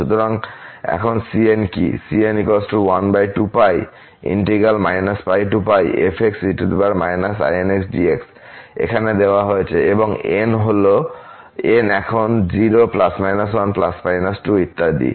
সুতরাং এখন cn কি এখানে দেওয়া হয়েছে এবং n এখন ইত্যাদি